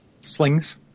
Slings